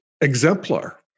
exemplar